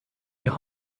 your